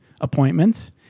appointments